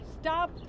stop